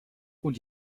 und